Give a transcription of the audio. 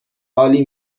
عالی